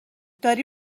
داری